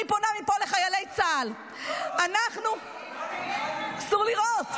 אני פונה מפה לחיילי צה"ל -- לא ----- אסור לירות.